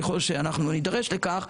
ככל שנדרש לכך,